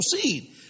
seed